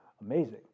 Amazing